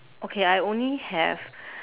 okay I only have